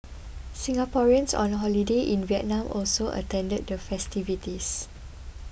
Singaporeans on the holiday in Vietnam also attended the festivities